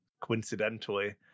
coincidentally